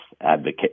advocate